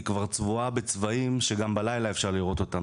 היא כבר צבועה בצבעים שגם בלילה אפשר לראות אותם,